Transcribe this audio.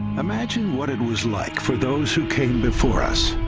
imagine what it was like for those who came before us